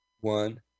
One